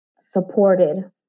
supported